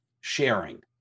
sharing